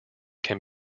can